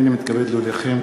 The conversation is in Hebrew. הנני מתכבד להודיעכם,